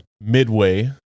midway